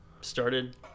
started